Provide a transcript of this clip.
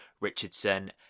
Richardson